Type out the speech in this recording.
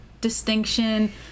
distinction